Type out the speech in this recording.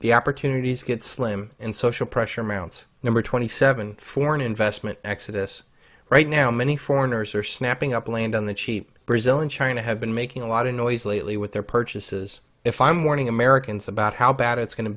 the opportunities get slim and social pressure mounts number twenty seven foreign investment exodus right now many foreigners are snapping up land on the cheap brazil and china have been making a lot of noise lately with their purchases if i'm warning americans about how bad it's going to